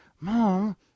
Mom